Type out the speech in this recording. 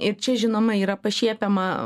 ir čia žinoma yra pašiepiama